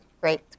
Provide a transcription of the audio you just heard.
great